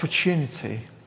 opportunity